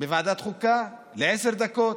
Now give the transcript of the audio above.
בוועדת החוקה לעשר דקות.